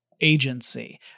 agency